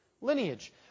lineage